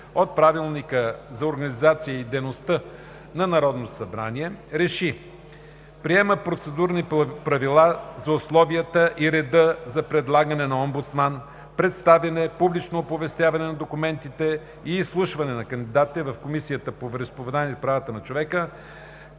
от Правилника за организацията и дейността на Народното събрание РЕШИ: Приема Процедурни правила за условията и реда за предлагане на омбудсман, представяне, публично оповестяване на документите и изслушване на кандидатите в Комисията по вероизповеданията и правата на човека,